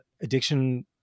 Addiction